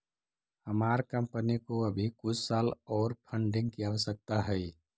हमार कंपनी को अभी कुछ साल ओर फंडिंग की आवश्यकता हई